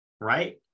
right